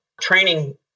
training